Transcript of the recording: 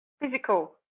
physical